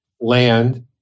land